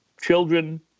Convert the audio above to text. children